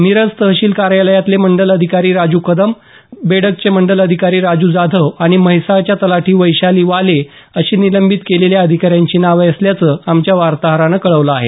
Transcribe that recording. मिरज तहसील कार्यालयातले मंडल अधिकारी राजू कदम बेडग मंडल अधिकारी राजू जाधव आणि म्हैसाळच्या तलाठी वैशाली वाले अशी निलंबीत केलेल्या अधिकाऱ्यांची नावं असल्याचं आमच्या वार्ताहरानं कळवलं आहे